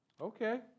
Okay